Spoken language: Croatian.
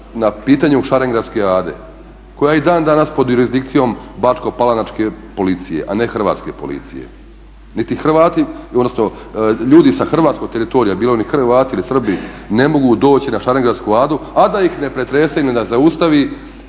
na pitanju Šarengradske ade koja je i dan danas pod jurisdikcijom bačko palanačke policije, a ne hrvatske policije. Ljudi sa hrvatskog teritorija, bili oni Hrvati ili Srbi, ne mogu doći na Šarengradsku adu, a da ih ne pretresu i ne zaustavi